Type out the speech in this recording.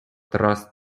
trust